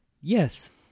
Yes